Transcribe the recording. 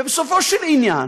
ובסופו של עניין,